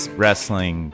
wrestling